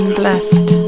blessed